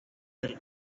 del